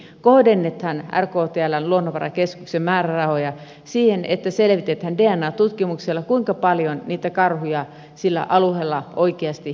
ensinnäkin kohdennetaan rktln luonnonvarakeskuksen määrärahoja siihen että selvitetään dna tutkimuksella kuinka paljon karhuja sillä alueella oikeasti on